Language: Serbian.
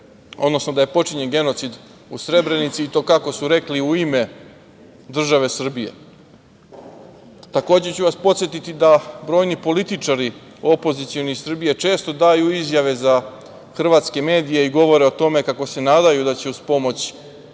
odnosno da je počinjen genocid u Srebrenici i to kako su rekli u ime države Srbije. Takođe ću vas podsetiti da brojni političari opozicionih iz Srbije često daju izjave za hrvatske medije i govore o tome kako se nadaju da će uz pomoć